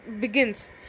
begins